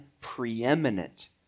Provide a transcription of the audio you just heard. preeminent